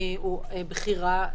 אני לא חולקת,